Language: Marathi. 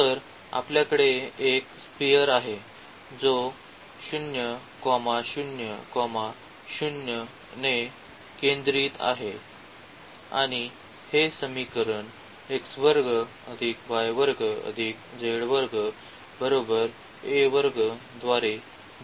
तर आपल्याकडे एक स्पिअर आहे जो 0 0 0 ने केंद्रित आहे आणि हे समीकरण द्वारे दिले आहे